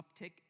uptick